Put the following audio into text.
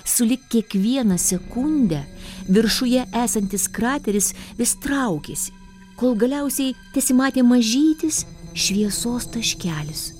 sulig kiekviena sekunde viršuje esantis krateris vis traukėsi kol galiausiai tesimatė mažytis šviesos taškelis